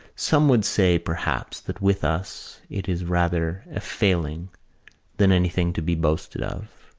some would say, perhaps, that with us it is rather a failing than anything to be boasted of.